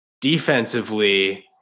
Defensively